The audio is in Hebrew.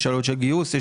עלויות של גיוס,